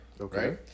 Okay